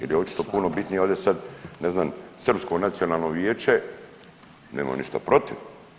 Jer je očito puno bitnije ovdje sad ne znam srpsko nacionalno vijeće, nemam ništa protiv.